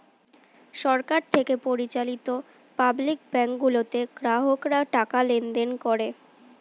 সরকার থেকে পরিচালিত public bank গুলোতে গ্রাহকরা টাকা লেনদেন করে